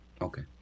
Okay